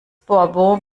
bourbon